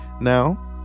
now